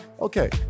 Okay